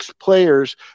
players